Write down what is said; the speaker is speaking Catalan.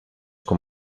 com